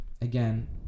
again